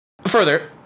Further